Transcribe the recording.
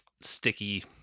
sticky